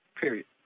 period